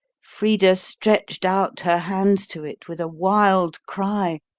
frida stretched out her hands to it with a wild cry,